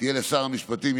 תהיה לשר המשפטים,